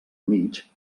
mig